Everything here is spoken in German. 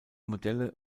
modelle